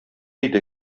иде